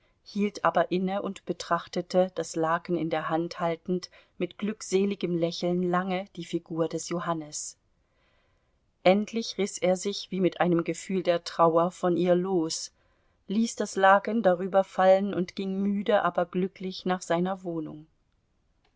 hielt aber inne und betrachtete das laken in der hand haltend mit glückseligem lächeln lange die figur des johannes endlich riß er sich wie mit einem gefühl der trauer von ihr los ließ das laken darüberfallen und ging müde aber glücklich nach seiner wohnung